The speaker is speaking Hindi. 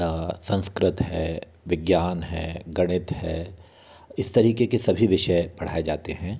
संस्कृत है विज्ञान है गणित है इस तरीके के सभी विषय पढ़ाए जाते हैं